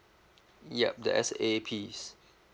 yup the S A Ps